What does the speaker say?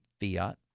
Fiat